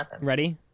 Ready